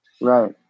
Right